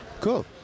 Cool